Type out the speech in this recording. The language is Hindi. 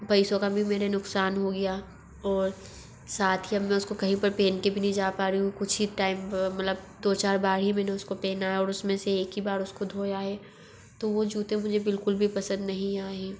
पैसों का भी मेरे नुक़सान हो गया और साथ ही अब मैं उसको कहीं पर पहन के भी नहीं जा पा रइ हूँ कुछ ही टाइम मतलब दो चार बार ही मेंने उसको पहना है और उस में से एक ही बार उसको धोया है तो वो जूते मुझे बिल्कुल भी पसंद नहीं आए हैं